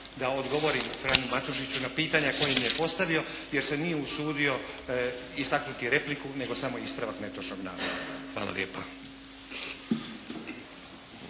da odgovorim Franu Matušiću na pitanja koja mi je postavio, jer se nije usudio istaknuti repliku nego samo ispravak netočnog navoda. Hvala lijepa.